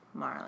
Marlon